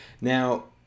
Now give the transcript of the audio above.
Now